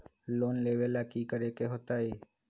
Loan लेवेला की करेके होतई?